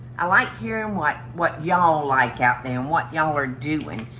i like hearing what, what y'all like out there and what y'all are doing.